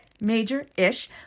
major-ish